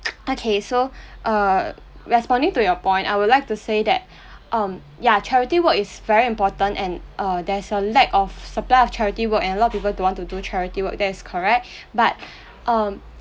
okay so uh responding to your point I would like to say that um ya charity work is very important and uh there's a lack of supply of charity work and a lot of people don't want to do charity work that is correct but um